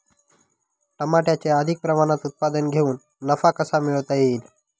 टमाट्याचे अधिक प्रमाणात उत्पादन घेऊन नफा कसा मिळवता येईल?